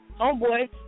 homeboy